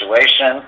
situation